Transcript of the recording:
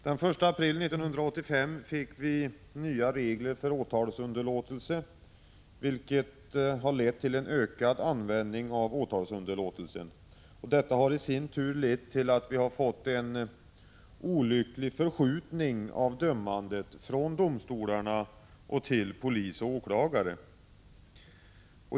Den 1 april 1985 fick vi nya regler för åtalsunderlåtelse, vilket har lett till en ökad användning av åtalsunderlåtelse, vilket i sin tur har medfört att vi fått en olycklig förskjutning av dömandet från domstolarna till polis och åklagare.